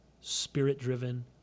spirit-driven